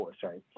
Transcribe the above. sorry